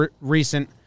recent